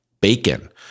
bacon